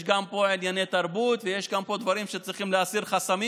יש פה גם ענייני תרבות ויש פה גם דברים שצריכים להסיר חסמים,